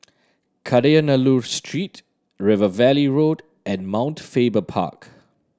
Kadayanallur Street River Valley Road and Mount Faber Park